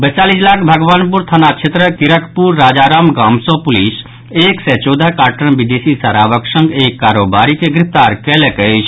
वैशाली जिलाक भगवानपुर थाना क्षेत्रक तिरकपुर राजाराम गाम सँ पुलिस एक सय चौदह कार्टन विदेशी शराबक संग एक करोबारी के गिरफ्तार कयलक अछि